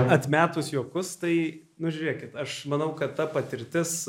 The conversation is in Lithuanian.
atmetus juokus tai nu žiūrėkit aš manau kad ta patirtis